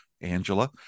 Angela